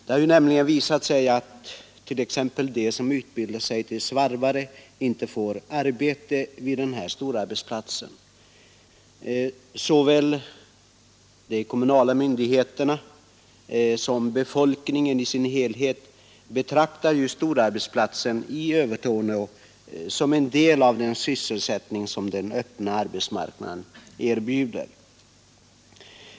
Det har visat sig att t.ex. de som utbildar sig till svarvare inte får arbete vid denna storarbetsplats. Såväl de kommunala myndigheterna som befolkningen i sin helhet betraktar ju storarbetsplatsen i Övertorneå som en del av den sysselsättning som den öppna marknaden erbjuder.